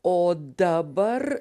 o dabar